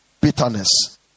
bitterness